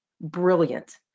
brilliant